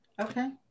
okay